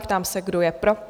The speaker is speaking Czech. Ptám se, kdo je pro?